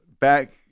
back